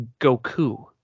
Goku